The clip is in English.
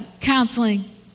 counseling